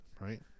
right